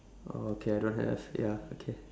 oh okay I don't have ya okay